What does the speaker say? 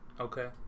Okay